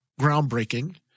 groundbreaking